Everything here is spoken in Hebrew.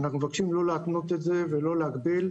אנחנו מבקשים לא להתנות את זה ולא להגביל.